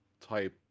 type